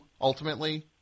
ultimately